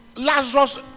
Lazarus